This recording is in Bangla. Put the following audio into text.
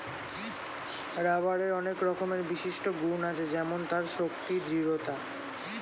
রাবারের অনেক রকমের বিশিষ্ট গুন্ আছে যেমন তার শক্তি, দৃঢ়তা